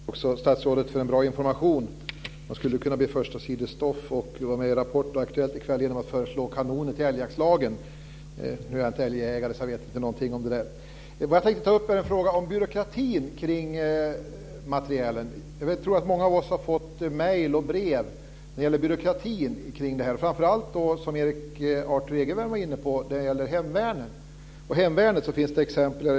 Fru talman! Jag tackar statsrådet för en bra information. Man skulle kunna bli förstasidesstoff och vara med i Rapport och Aktuellt i kväll genom att föreslå kanoner till älgjaktslagen. Nu är jag inte älgjägare så jag vet inte någonting om det. Jag tänkte ta upp en fråga om byråkratin kring materielen. Jag tror att många av oss har fått mejl och brev om byråkratin, framför allt när det gäller hemvärnet, som Erik Arthur Egervärn var inne på. Från hemvärnet finns det exempel.